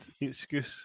excuse